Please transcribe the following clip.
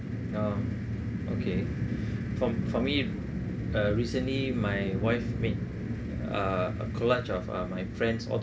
oh okay for for me uh recently my wife made a collage of uh my friends